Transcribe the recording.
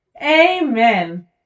amen